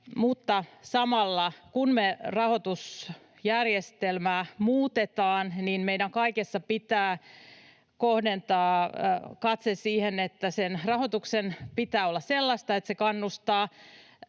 samalla, kun me rahoitusjärjestelmää muutetaan, meidän kaikessa pitää kohdentaa katse siihen, että sen rahoituksen pitää olla sellaista, että se kannustaa